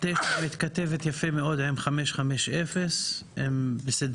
האמת ששם המשחק הוא הסרת